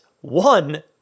one